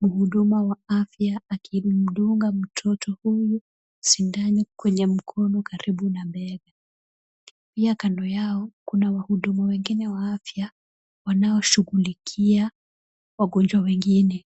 mhudumu wa afya akimdunga mtoto huyu sindano kwenye mkono karibu na bega. Pia kando yao kuna wahudumu wengine wa afya wanaoshugulikia wagonjwa wengine.